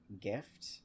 gift